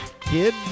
kid